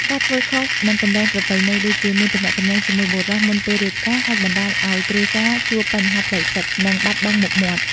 ការធ្វើខុសនឹងគន្លងប្រពៃណី ដូចជាមានទំនាក់ទំនងជាមួយបុរសមុនពេលរៀបការ អាចបណ្តាលឱ្យគ្រួសារជួបបញ្ហាផ្លូវចិត្ត និងបាត់បង់មុខមាត់។